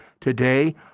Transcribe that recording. Today